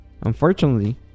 Unfortunately